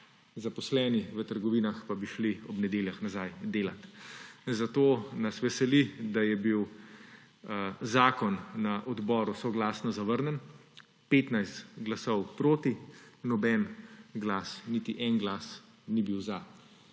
zaposleni v trgovinah pa bi šli ob nedeljah nazaj delat. Zato nas veseli, da je bil zakon na odboru soglasno zavrnjen. 15 glasov »proti«, noben glas, niti en glas ni bil »za«.